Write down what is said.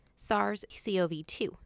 SARS-CoV-2